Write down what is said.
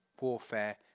warfare